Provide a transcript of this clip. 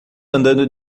andando